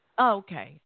Okay